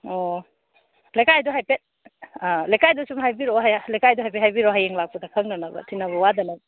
ꯑꯣ ꯂꯩꯀꯥꯏꯗꯣ ꯍꯥꯏꯐꯦꯠ ꯑꯥ ꯂꯩꯀꯀꯥꯏꯗꯣ ꯁꯨꯨꯝ ꯍꯥꯏꯕꯤꯔꯛꯑꯣ ꯂꯩꯀꯥꯏꯗꯣ ꯍꯥꯏꯐꯦꯠ ꯍꯥꯏꯕꯤꯔꯛꯑꯣ ꯍꯌꯦꯡ ꯂꯥꯛꯄꯗ ꯈꯪꯅꯅꯕ ꯊꯤꯟꯅꯕ ꯋꯥꯗꯅꯕ